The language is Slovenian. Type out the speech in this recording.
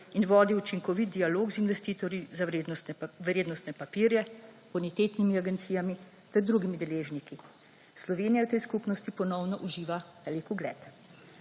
in vodil učinkovit dialog z investitorji za vrednostne papirje, bonitetnimi agencijami ter drugimi deležniki. Slovenija v tej skupnosti ponovno uživa velik ugled.